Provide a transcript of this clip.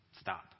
stop